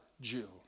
Jew